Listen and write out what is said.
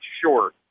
sure